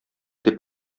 дип